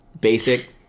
Basic